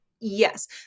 Yes